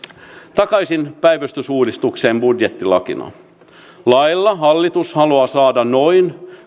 takaisin päivystysuudistukseen budjettilakina lailla hallitus haluaa saada noin